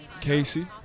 Casey